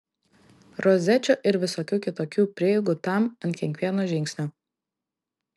rozečių ir visokių kitokių prieigų tam ant kiekvieno žingsnio